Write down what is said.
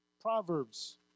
Proverbs